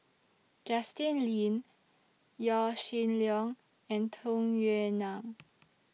Justin Lean Yaw Shin Leong and Tung Yue Nang